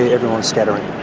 everyone's scattering.